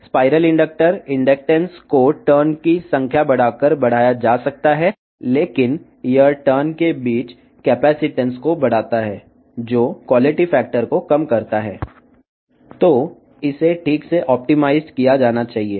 spiral inductor ఇండక్టెన్స్ను మలుపుల సంఖ్యను పెంచడం ద్వారా పెంచవచ్చును కాని ఇది మలుపుల మధ్య కెపాసిటెన్స్ను పెంచుతుంది మరియు నాణ్యత కారకాన్ని తగ్గిస్తుంది కాబట్టి దీన్ని సరిగ్గా ఆప్టిమైజ్ చేయాలి